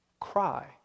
cry